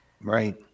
Right